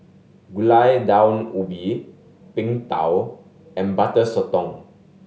Gulai Daun Ubi Png Tao and Butter Sotong